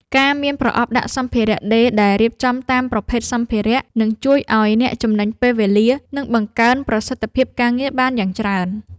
ការមានប្រអប់ដាក់សម្ភារៈដេរដែលរៀបចំតាមប្រភេទសម្ភារ: នឹងជួយឱ្យអ្នកចំណេញពេលវេលា និងបង្កើនប្រសិទ្ធភាពការងារបានយ៉ាងច្រើន។